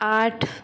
आठ